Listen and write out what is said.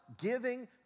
giving